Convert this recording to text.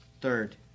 third